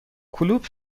کلوپ